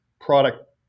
product